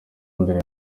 mbere